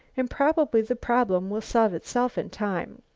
and probably the problem will solve itself in time.